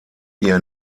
ihr